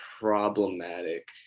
problematic